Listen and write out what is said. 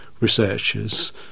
researchers